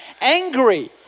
angry